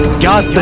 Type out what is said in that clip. god